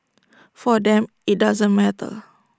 for them IT doesn't matter